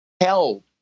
held